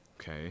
okay